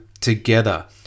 together